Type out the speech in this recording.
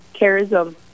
charism